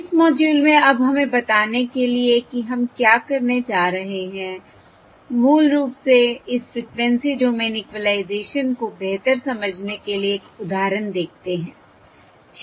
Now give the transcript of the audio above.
इस मॉड्यूल में अब हमें बताने के लिए कि हम क्या करने जा रहे हैं मूल रूप से इस फ़्रीक्वेंसी डोमेन इक्विलाइज़ेशन को बेहतर समझने के लिए एक उदाहरण देखते हैं ठीक